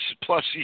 plus